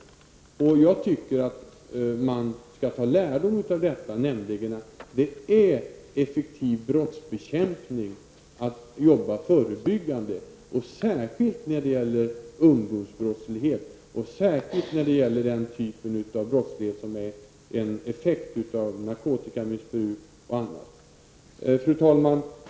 Jag tycker att man skall ta lärdom av detta, nämligen att det är effektiv brottsbekämpning att jobba förebyggande, särskilt när det gäller ungdomsbrottsligheten och när det gäller den typ av brottslighet som är en effekt av bl.a. Fru talman!